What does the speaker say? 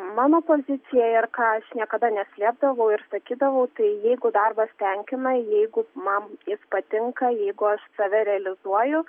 mano pozicija ir ką aš niekada neslėpdavau ir sakydavau tai jeigu darbas tenkina jeigu man jis patinka jeigu aš save realizuoju